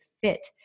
fit